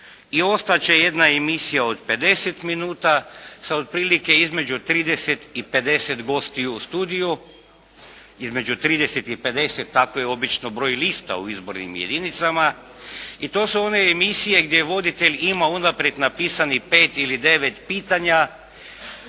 I ostat će jedna emisija od 50 minuta sa otprilike između 30 i 50 gostiju studiju, između 30 i 50 tako je obično broj lista u izbornim jedinicama. I to su one emisije gdje voditelj ima unaprijed napisanih pet ili devet pitanja.